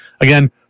Again